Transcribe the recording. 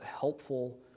helpful